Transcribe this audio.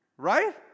Right